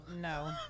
no